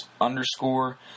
underscore